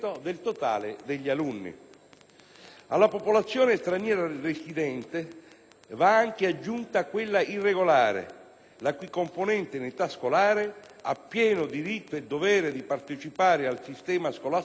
Alla popolazione straniera residente va anche aggiunta quella irregolare, la cui componente in età scolare ha pieno diritto e dovere di partecipare al sistema scolastico italiano, come previsto